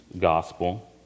gospel